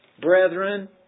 brethren